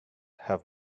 have